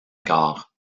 gare